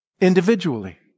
individually